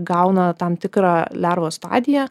gauna tam tikra lervos stadiją